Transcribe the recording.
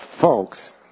folks